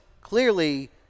clearly